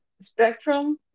spectrum